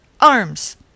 Arms